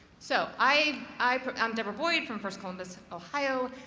so i'm i'm um debra boyd from first columbus, ohio,